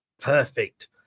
Perfect